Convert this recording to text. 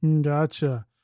Gotcha